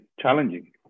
challenging